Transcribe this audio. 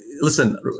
listen